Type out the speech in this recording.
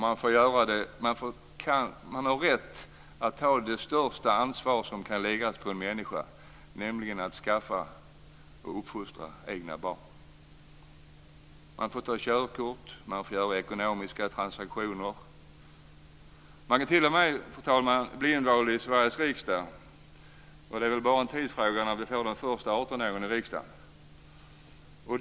Man har rätt att ta det största ansvar som kan läggas på en människa, nämligen att skaffa och uppfostra egna barn. Man får ta körkort. Man får göra ekonomiska transaktioner. Man kan t.o.m., fru talman, bli invald i Sveriges riksdag. Det är väl bara en tidsfråga innan vi får den första 18-åringen i riksdagen.